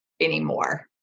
anymore